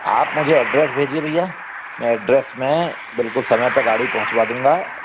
आप मुझे एड्रैस भेजिए भैया मै एड्रैस पे बिल्कुल समय पे गाड़ी पहुंचवा दूँगा